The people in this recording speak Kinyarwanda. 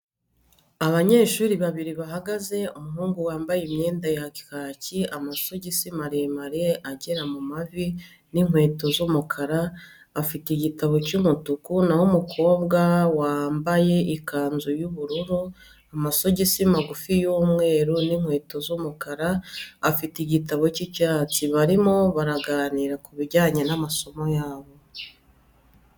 Abanyeshuri babiri bahagaze, umuhungu wambaye imyenda ya kiki amasogisi maremare agera mu mavi n'inkweto z'umukara, afite igitabo cy'umutuku naho umukobwa wamabaye ikanzu y'ubururu, amasogisi magufi y'umweru n'inkweto z'umukara afite igitabo cy'icyatsi, barimo baraganira ku bijyanye n'amasomo yabo.